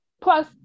plus